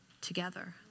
together